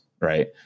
right